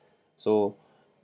so